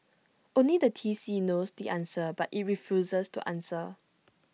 only the T C knows the answer but IT refuses to answer